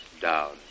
down